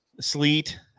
sleet